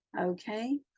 okay